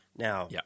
Now